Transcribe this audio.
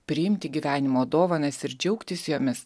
priimti gyvenimo dovanas ir džiaugtis jomis